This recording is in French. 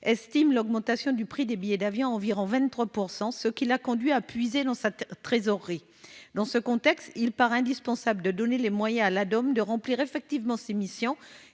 estime l'augmentation du prix des billets d'avion à environ 23 %, ce qui l'a conduite à puiser dans sa trésorerie. Dans ce contexte, il paraît indispensable de donner les moyens à Ladom de remplir effectivement ses missions,